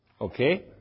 Okay